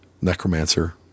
necromancer